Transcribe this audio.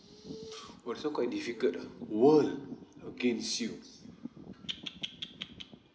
also quite difficult ah world against you